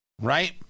Right